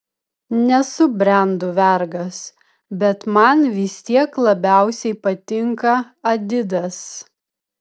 nesu brendų vergas bet man vis tiek labiausiai patinka adidas